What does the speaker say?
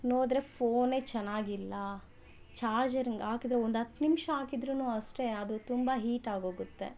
ನೋಡಿದ್ರೆ ಫೋನೇ ಚೆನಾಗಿಲ್ಲ ಚಾರ್ಜರಿಂಗ್ ಹಾಕಿದ್ರೆ ಒಂದು ಹತ್ತು ನಿಮಿಷ ಹಾಕಿದ್ರೂ ಅಷ್ಟೆ ಅದು ತುಂಬ ಹೀಟಾಗೋಗುತ್ತೆ